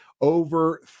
over